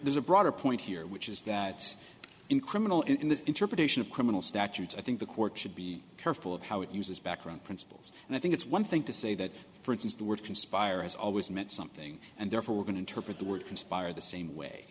there's a broader point here which is that in criminal in the interpretation of criminal statutes i think the court should be careful of how it uses background principles and i think it's one thing to say that for instance the word conspire has always meant something and therefore we're going to target the word conspire the same way